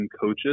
coaches